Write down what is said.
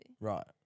Right